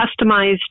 customized